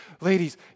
ladies